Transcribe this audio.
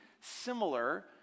similar